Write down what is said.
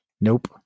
Nope